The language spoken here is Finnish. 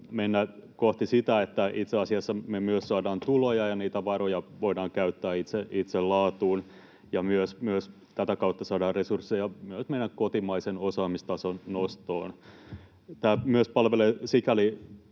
sitä kohti, niin että me itse asiassa saadaan myös tuloja. Niitä varoja voidaan käyttää itse laatuun, ja myös tätä kautta saadaan resursseja myös meidän kotimaisen osaamistason nostoon. Tämä myös palvelee sikäli